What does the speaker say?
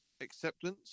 acceptance